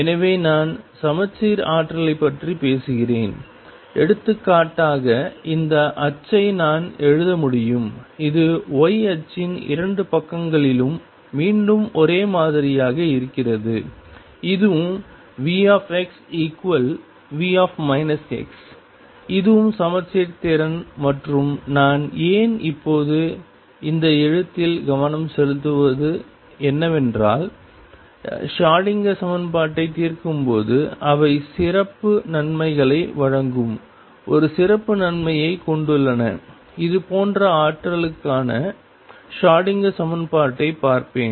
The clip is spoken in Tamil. எனவே நான் சமச்சீர் ஆற்றல்களைப் பற்றி பேசுகிறேன் எடுத்துக்காட்டாக இந்த அச்சை நான் எழுத முடியும் இது y அச்சின் இரண்டு பக்கங்களிலும் மீண்டும் ஒரே மாதிரியாக இருக்கிறது இதுவும் VxV இதுவும் சமச்சீர் திறன் மற்றும் நான் ஏன் இப்போது இந்த எழுத்தில் கவனம் செலுத்துவது என்னவென்றால் ஷ்ரோடிங்கர் சமன்பாட்டைத் தீர்க்கும்போது அவை சிறப்பு நன்மைகளை வழங்கும் ஒரு சிறப்பு நன்மையைக் கொண்டுள்ளன இதுபோன்ற ஆற்றல்களுக்கான ஷ்ரோடிங்கர் சமன்பாட்டைப் பார்ப்பேன்